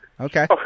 Okay